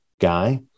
guy